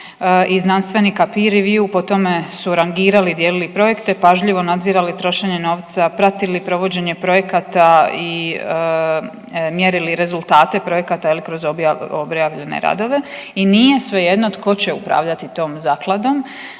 i znanstvenika …/nerazumljivo/… po tome su rangirali, dijelili projekte, pažljivo nadzirali trošenje novca, pratili provođenje projekata i mjerili rezultate projekata jel kroz objavljene radove i nije svejedno tko će upravljati tom zakladnom.